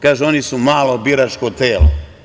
Kaže se – oni su malo biračko telo.